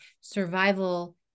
survival